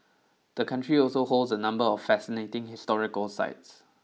the country also holds a number of fascinating historical sites